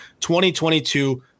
2022